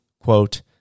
quote